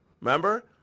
Remember